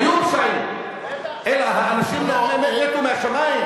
היו פשעים, אלא האנשים מתו מהשמים?